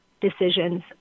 decisions